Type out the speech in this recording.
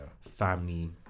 family